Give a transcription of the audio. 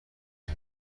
اون